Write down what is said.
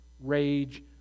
rage